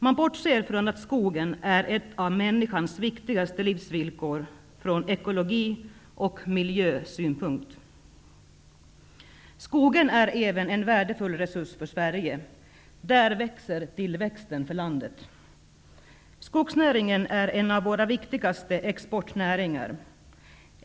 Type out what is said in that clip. Man bortser från att skogen är ett av människans viktigaste livsvillkor från ekologi och miljösynpunkt. Skogen är även en värdefull resurs för Sverige. Där växer landets tillväxt. Skogsnäringen är en av våra viktigaste exportnäringar.